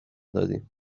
دادیم